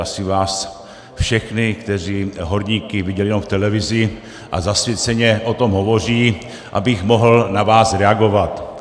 Asi vás všechny, kteří horníky viděli jenom v televizi a zasvěceně o tom hovoří, abych mohl na vás reagovat.